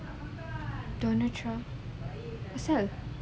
donald trump itself